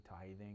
tithing